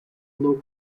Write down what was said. low